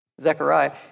Zechariah